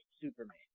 Superman